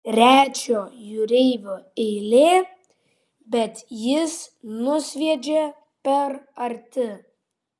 trečio jūreivio eilė bet jis nusviedžia per arti